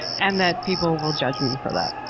and that people will judge me for that.